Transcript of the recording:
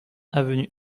avenue